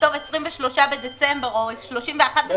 נכתוב 23 בדצמבר או 31 בדצמבר,